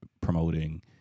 promoting